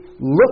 look